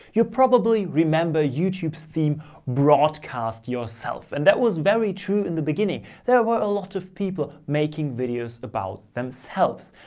you'll probably remember youtube's theme broadcast yourself, and that was very true in the beginning. there were a lot of people making videos about themselves.